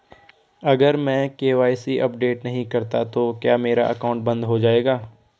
अगर मैं KYC update नहीं करता तो क्या मेरा अकाउंट बंद हो जाएगा?